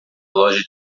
loja